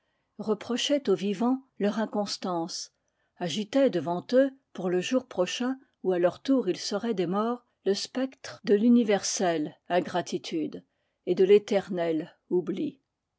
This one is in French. reprochaient aux vivants leur inconstance agitaient devant eux pour le jour prochain où à leur tour ils seraient des morts le spectre de l'universelle ingratitude et de l'éternel oubli